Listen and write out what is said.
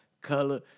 Color